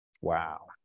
Wow